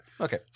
Okay